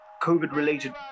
COVID-related